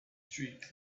streak